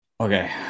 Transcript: okay